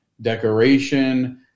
decoration